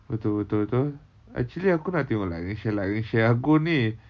betul betul betul actually aku nak tengok like and share like and share aku ni